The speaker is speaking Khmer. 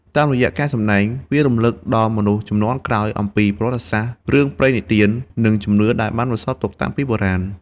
តាមរយៈការសម្ដែង វារំឭកដល់មនុស្សជំនាន់ក្រោយអំពីប្រវត្តិសាស្ត្រ រឿងព្រេងនិទាន និងជំនឿដែលបានបន្សល់ទុកតាំងពីបុរាណ។